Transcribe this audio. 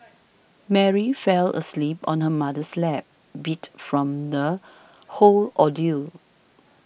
Mary fell asleep on her mother's lap beat from the whole ordeal